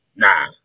Nah